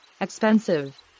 Expensive